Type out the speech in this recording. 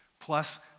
plus